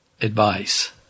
advice